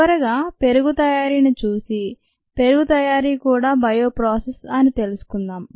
చివరగా పెరుగు తయారీని చూసి పెరుగు తయారీ కూడా బయో ప్రాసెస్ అని తెలుసుకున్నాం